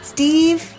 Steve